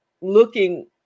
looking